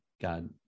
God